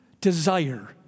desire